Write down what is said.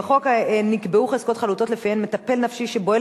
"בחוק נקבעו חזקות חלוטות שלפיהן מטפל נפשי שבועל